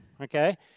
okay